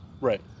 Right